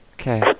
Okay